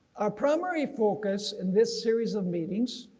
our primary focus in this series of meetings